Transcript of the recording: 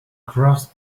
crossed